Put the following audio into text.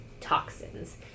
toxins